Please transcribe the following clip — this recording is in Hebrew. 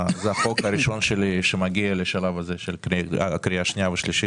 זה החוק הראשון שלי שמגיע לשלב הזה של קריאה שנייה ושלישית,